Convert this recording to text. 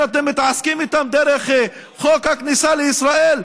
אתם מתעסקים איתם דרך חוק הכניסה לישראל?